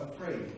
afraid